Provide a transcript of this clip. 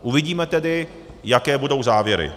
Uvidíme tedy, jaké budou závěry.